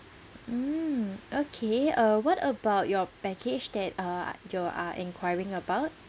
mm okay uh what about your package that uh you are enquiring about